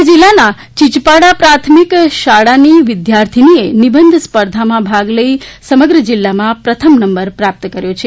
ડાંગ ના ચિયપાડા પ્રાથમિક શાળાની વિધાર્થીનીએ નિબંધ સ્પર્ધામાં ભાગ લઈ સમગ્ર જિલ્લામાં પ્રથમ નંબર કર્યું છે